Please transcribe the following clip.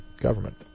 government